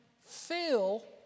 fill